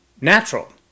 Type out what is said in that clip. natural